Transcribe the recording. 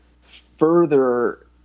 further